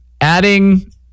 Adding